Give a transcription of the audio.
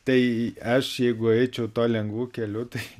tai aš jeigu eičiau tuo lengvu keliu tai